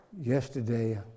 yesterday